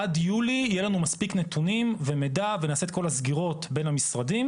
עד יולי יהיה לנו מספיק נתונים ומידע ונעשה את כל הסגירות בין המשרדים,